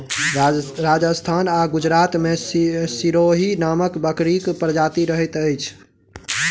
राजस्थान आ गुजरात मे सिरोही नामक बकरीक प्रजाति रहैत अछि